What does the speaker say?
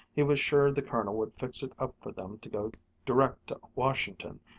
he was sure the colonel would fix it up for them to go direct to washington,